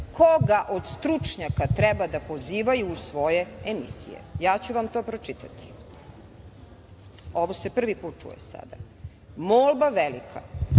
koga od stručnjaka treba da pozivaju u svoje emisije. Ja ću vam to pročitati, ovo se prvi put čuje sada. Molba velika,